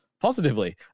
positively